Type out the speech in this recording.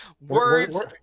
Words